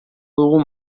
dugu